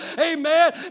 amen